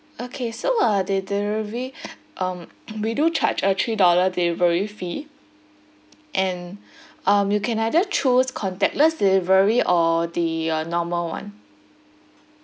okay so uh the delivery um we do charge a three dollar delivery fee and um you can either choose contactless delivery or the uh normal [one]